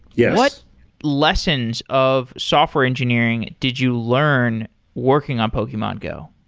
yes what lessons of software engineering did you learn working on pokemon go?